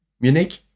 Munich